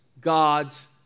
God's